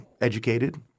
educated